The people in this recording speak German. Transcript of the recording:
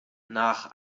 nach